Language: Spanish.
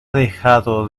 dejado